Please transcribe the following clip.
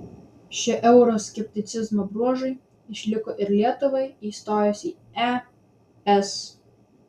šie euroskepticizmo bruožai išliko ir lietuvai įstojus į es